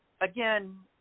again